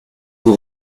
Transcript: vous